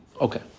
Okay